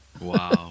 Wow